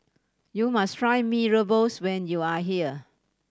you must try Mee Rebus when you are here